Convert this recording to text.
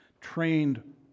trained